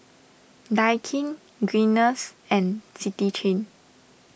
Daikin Guinness and City Chain